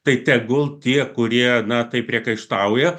tai tegul tie kurie na taip priekaištauja